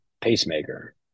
pacemaker